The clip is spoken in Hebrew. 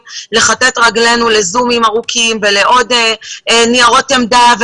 לכתת רגלינו ל-זומים ארוכים ולעוד ניירות עמדה.